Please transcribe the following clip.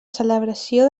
celebració